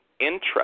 interest